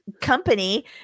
company